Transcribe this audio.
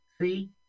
See